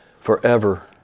forever